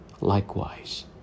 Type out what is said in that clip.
likewise